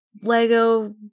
lego